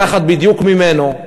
לקחת בדיוק ממנו,